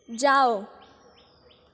जाओ